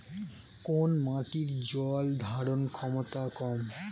কোন মাটির জল ধারণ ক্ষমতা কম?